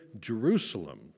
Jerusalem